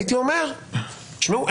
הייתי אומר: תשמעו,